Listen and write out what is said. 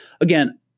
again